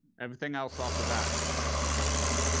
everything else after that is great.